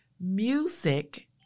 Music